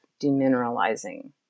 demineralizing